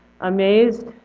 Amazed